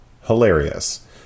Hilarious